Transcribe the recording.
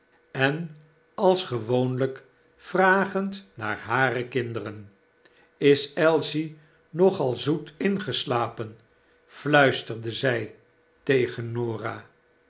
en als gewoonlyk vragend naar hare kinderen is ailsie nogal zoet ingeslapen p fluisterde zij tegen koran